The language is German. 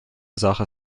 sache